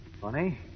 Funny